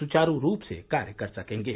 सुचारु रूप से कार्य कर सकेंगे